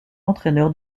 entraîneur